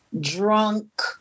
drunk